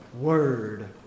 word